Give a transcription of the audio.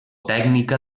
tècnica